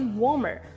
warmer。